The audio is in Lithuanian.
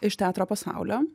iš teatro pasaulio